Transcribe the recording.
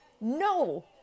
No